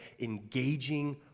engaging